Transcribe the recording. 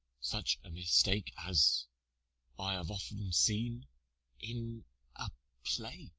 such a mistake as i have often seen in a play.